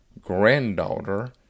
granddaughter